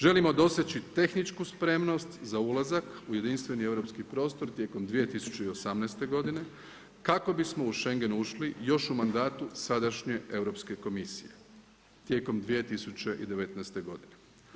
Želimo doseći tehničku spremnost za ulazak u jedinstveni europski prostor tijekom 2018. godine kako bismo u Schengen ušli još u mandatu sadašnje Europske komisije tijekom 2019. godine.